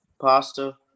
pasta